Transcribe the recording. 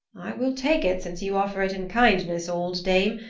i will take it since you offer it in kindness, old dame,